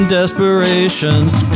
desperation's